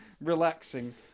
relaxing